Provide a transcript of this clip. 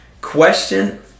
Question